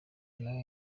naba